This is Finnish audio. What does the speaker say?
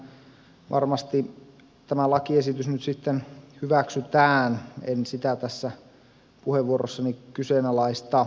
kyllähän varmasti tämä lakiesitys nyt hyväksytään en sitä tässä puheenvuorossani kyseenalaista